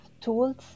tools